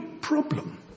problem